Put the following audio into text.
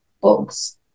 books